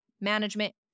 management